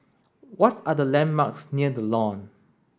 what are the landmarks near The Lawn